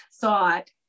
thought